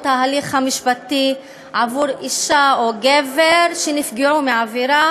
ההליך המשפטי עבור אישה או גבר שנפגעו מעבירה